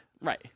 right